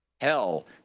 hell